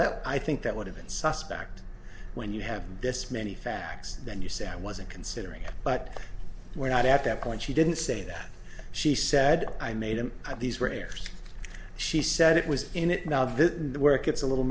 that i think that would have been suspect when you have this many facts then you say i wasn't considering it but we're not at that point she didn't say that she said i made him have these where she said it was in it now that the work gets a little